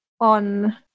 on